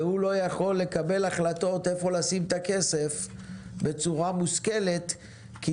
והוא לא יכול לקבל החלטות איפה לשים את הכסף בצורה מושכלת כי